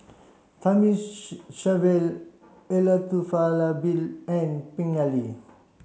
Elattuvalapil and Pingali